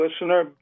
listener